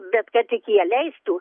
bet kad tik jie leistų